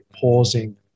pausing